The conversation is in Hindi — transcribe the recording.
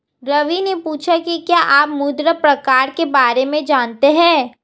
रवि ने पूछा कि क्या आप मृदा प्रकार के बारे में जानते है?